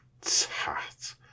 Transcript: tat